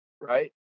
right